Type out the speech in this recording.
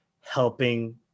helping